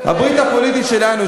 הברית הפוליטית שלנו,